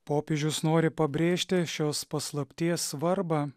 popiežius nori pabrėžti šios paslapties svarbą